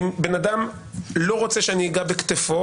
אם בן אדם לא רוצה שאני אגע בכתפו,